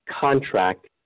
contract